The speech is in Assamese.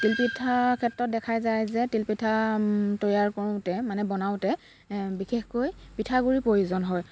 তিলপিঠাৰ ক্ষেত্ৰত দেখা যায় যে তিলপিঠা তৈয়াৰ কৰোঁতে মানে বনাওঁতে বিশেষকৈ পিঠাগুড়িৰ প্ৰয়োজন হয়